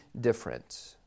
different